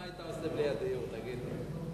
מה היית עושה בלי הדיור, תגיד לי.